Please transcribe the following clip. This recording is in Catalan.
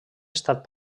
estat